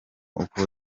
uko